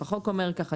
החוק אומר ככה,